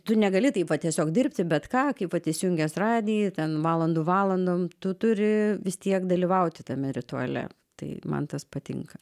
tu negali taip vat tiesiog dirbti bet ką kai vat įsijungęs radijį ten valandų valandom tu turi vis tiek dalyvauti tame rituale tai man tas patinka